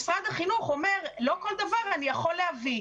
משרד החינוך אומר שלא כל דבר הוא יכול להביא.